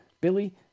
Billy